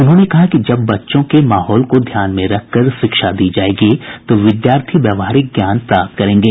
उन्होंने कहा कि जब बच्चों के माहौल को ध्यान में रखकर शिक्षा दी जायेगी तो विद्यार्थी व्यवहारिक ज्ञान प्राप्त करेंगे